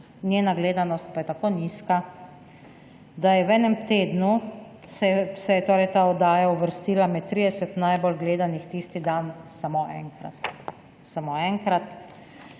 njena gledanost pa je tako nizka, da se je v enem tednu ta oddaja uvrstila med 30 najbolj gledanih tisti dan samo enkrat,